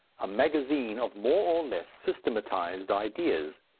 a magazine of more or less systematized ideas,